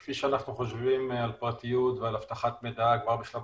כפי שאנחנו חושבים על פרטיות ועל אבטחת מידע כבר בשלב